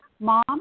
mom